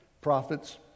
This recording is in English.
prophets